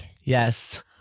Yes